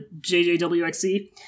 JJWXC